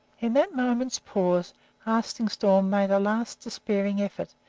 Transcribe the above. in that moment's pause arstingstall made a last despairing effort,